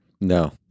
no